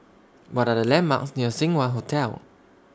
What Are The landmarks near Seng Wah Hotel